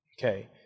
Okay